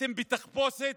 אתם בתחפושת.